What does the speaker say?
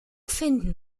finden